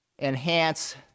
enhance